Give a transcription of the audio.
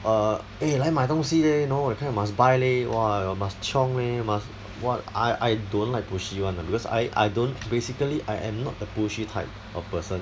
err eh 来买东西 leh you know you must buy leh !wah! must chiong leh must what I I don't like pushy [one] because I I don't basically I am not the pushy type of person